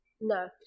No